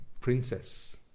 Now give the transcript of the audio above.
princess